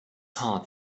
heart